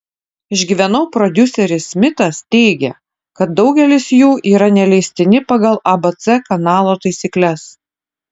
išgyvenau prodiuseris smitas teigia kad daugelis jų yra neleistini pagal abc kanalo taisykles